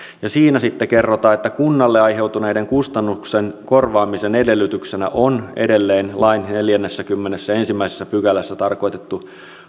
siinä sitten kerrotaan että kunnalle aiheutuneiden kustannusten korvaamisen edellytyksenä on edelleen lain neljännessäkymmenennessäensimmäisessä pykälässä tarkoitettu